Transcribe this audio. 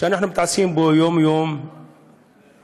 שאנחנו מתעסקים בו יום-יום מאז